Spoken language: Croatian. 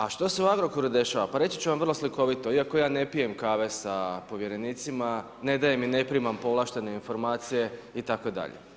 A što se u Agrokoru dešava, pa reći ću vam vrlo slikovito, iako ja ne pijem kave sa povjerenicima, ne dajem i ne primam povlaštene informacije itd.